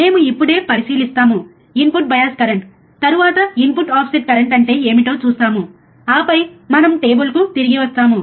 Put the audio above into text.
మేము ఇప్పుడే పరిశీలిస్తాము ఇన్పుట్ బయాస్ కరెంట్ తర్వాత ఇన్పుట్ ఆఫ్సెట్ కరెంట్ అంటే ఏమిటో చూస్తాము ఆపై మనం టేబుల్కి తిరిగి వస్తాము